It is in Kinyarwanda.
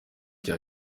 cya